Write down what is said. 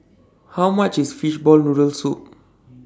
How much IS Fishball Noodle Soup